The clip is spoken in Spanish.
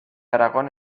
aragón